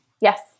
Yes